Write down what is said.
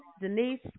Denise